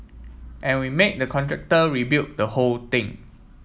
and we made the contractor rebuild the whole thing